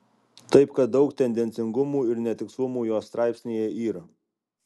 taip kad daug tendencingumų ir netikslumų jos straipsnyje yra